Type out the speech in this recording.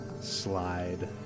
slide